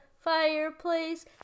fireplace